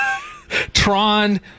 Tron